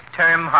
term